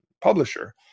publisher